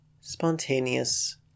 spontaneous